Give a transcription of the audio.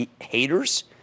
haters